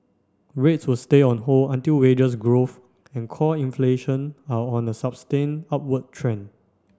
rates will stay on hold until wages growth and core inflation are on a sustained upward trend